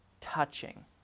touching